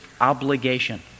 obligation